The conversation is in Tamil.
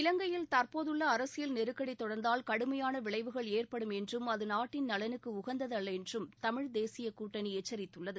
இவங்கையில் தற்போதுள்ள அரசியல் நெருக்கடி தொடா்ந்தால் கடுமையான விளைவுகள் ஏற்படும் என்றும் அது நாட்டின் நலனுக்கு உகந்தது அல்ல என்றும் தமிழ் தேசிய கூட்டணி எச்சித்துள்ளது